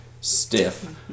stiff